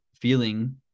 feeling